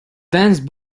dense